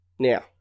now